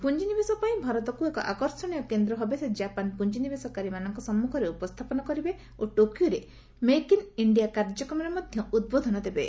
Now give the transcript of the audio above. ପ୍ରଞ୍ଜିନିବେଶପାଇଁ ଭାରତକ୍ତ ଏକ ଆକର୍ଷଣୀୟ କେନ୍ଦ୍ର ଭାବେ ସେ ଜାପାନ୍ ପ୍ରଞ୍ଜିନିବେଶକାରୀମାନଙ୍କ ସମ୍ମଖରେ ଉପସ୍ଥାପନ କରିବେ ଓ ଟୋକିଓରେ ମେକ୍ ଇନ୍ ଇଣ୍ଡିଆ କାର୍ଯ୍ୟକ୍ରମରେ ମଧ୍ୟ ଉଦ୍ବୋଧନ ଦେବେ